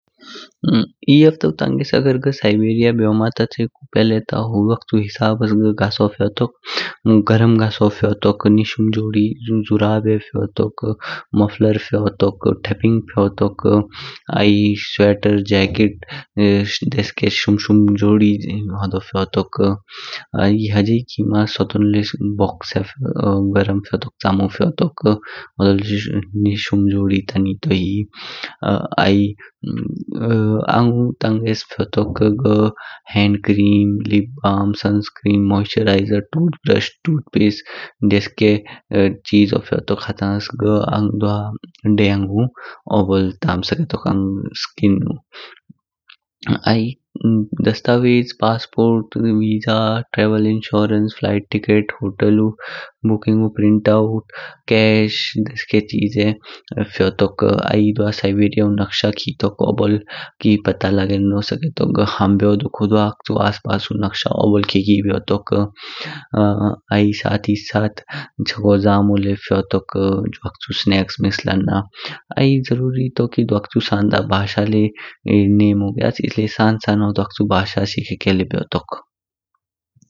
एह हफ्तौ तंगे घ साइबेरिया ब्योमा ता च्यीकु पहले ता हुड़वाचु हिसाब्स घ गासो फ्योतो। गरम गासो फ्योतो, नीश-शुम जोड़ी जुराबे फ्योतो, मफलर फ्योतो, थेपिंग फ्योतो। आई स्वेटर, जैकेट देसके शुम शुम जोड़ी होड़ो फ्योतो। आई हजे ही खिमा सोटोन ल्‍य बोक गरम फ्योतो चामु फ्योतो। होड़ो ल्‍य नीश शुम जोड़ी ता नितोही। आई आंगु तंगे फ्योतो घ hand cream, lip balm, sunscreen, moisturiser, toothbrush, टूथपेस्टे देसके चीजो फ्योतो हतान्ग्स घ द्वा देयाइनु अबोल ताम स्केटोक आँग स्‍किनु। आई दस्तावेज passport, visa, travel insurance, flight ticket, होटलु बुकिंगु प्रिंटआउट, कैश देसके चीजे फ्योतो। आई द्वा साइबेरियाु नक्शा खितोक अबोल की पता लगेनो स्केटो घ हम बेओ दक्‍क हुड़वाचु आस पासु नक्षा अबोल खि खि ब्योतो आई साथ ही साथ चगो जमो ल्‍य फ्योतो ज्वाचु सानेकेस मिस लाना। आई जरूरी तो की हुड़वाचु बशा ल्‍य नेमो ग्‍याच इसलिये सन सन हुड़वाचु बशा ले सिखेके ब्योतो।